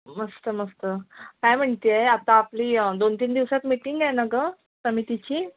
मस्त मस्त काय म्हणते आहे आता आपली दोन तीन दिवसात मीटिंग आहे ना गं समितीची